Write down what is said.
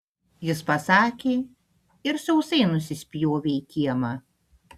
jis pasakė ir sausai nusispjovė į kiemą